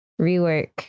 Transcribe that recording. rework